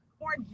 More